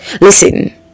Listen